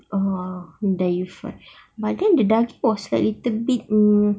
ah but then the daging was a little bit mm